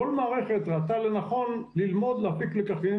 כל מערכת ראתה לנכון ללמוד להפיק לקחים,